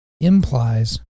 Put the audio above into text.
implies